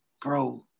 bro